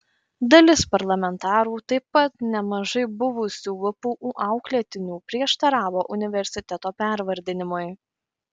dalis parlamentarų taip pat nemažai buvusių vpu auklėtinių prieštaravo universiteto pervardinimui